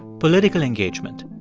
political engagement.